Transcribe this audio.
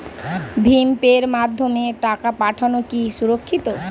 ভিম পের মাধ্যমে টাকা পাঠানো কি সুরক্ষিত?